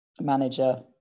manager